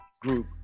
group